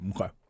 Okay